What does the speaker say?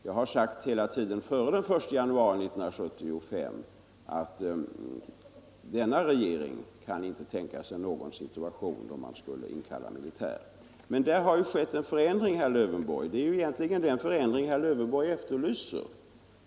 Jag har hela tiden före den 1 januari 1975 sagt, att vår regering inte kan tänka sig någon situation där militär skulle komma att inkallas för nu ifrågasatt syfte. Men nu har det också skett en förändring, som svarar mot det som herr Lövenborg efterlyser.